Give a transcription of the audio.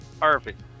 Perfect